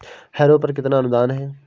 Harrow पर कितना अनुदान है?